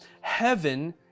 Heaven